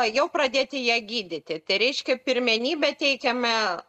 jau pradėti ją gydyti tai reiškia pirmenybę teikiame